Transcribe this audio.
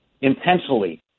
intentionally